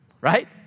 right